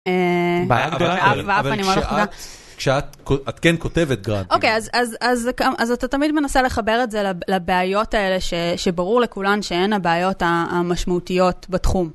בעיה גדולה, אבל כשאת כן כותבת גרנטים. אוקיי, אז אתה תמיד מנסה לחבר את זה לבעיות האלה שברור לכולן שהן הבעיות המשמעותיות בתחום.